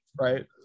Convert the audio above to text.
Right